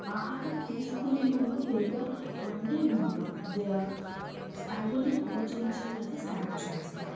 ఆహారం తీసుకునే ముందు లేదా వండే ముందు ధ్యా స్టవ్వుని పూజించి అది స్టార్ట్ చేస్తాము